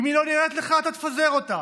אם היא לא נראית לך, אתה תפזר אותה,